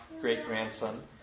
great-grandson